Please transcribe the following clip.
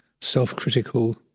self-critical